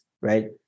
right